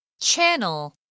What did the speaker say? Channel